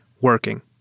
working